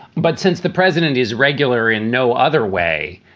but since the president is regularly in no other way,